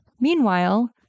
Meanwhile